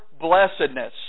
blessedness